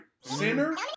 center